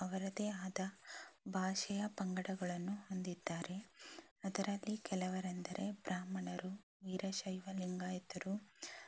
ಅವರದೇ ಆದ ಭಾಷೆಯ ಪಂಗಡಗಳನ್ನು ಹೊಂದಿದ್ದಾರೆ ಅದರಲ್ಲಿ ಕೆಲವರೆಂದರೆ ಬ್ರಾಹ್ಮಣರು ವೀರಶೈವ ಲಿಂಗಾಯತರು